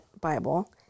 Bible